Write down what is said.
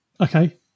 Okay